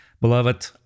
Beloved